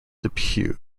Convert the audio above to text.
depew